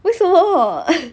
为什么